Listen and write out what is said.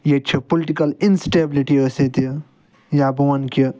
ییٚتہِ چھِ political instability ٲس ییٚتہِ یا بہٕ وَنہٕ کہ